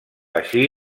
així